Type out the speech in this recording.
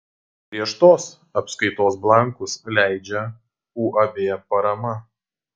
griežtos apskaitos blankus leidžia uab parama